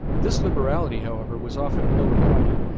this liberality, however, was often ill-requited.